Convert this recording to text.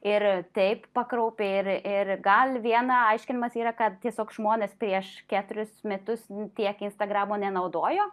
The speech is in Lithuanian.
ir taip pakraupę ir gal vieną aiškinimas yra kad tiesiog žmonės prieš keturis metus tiek instagramo nenaudojo